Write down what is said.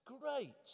great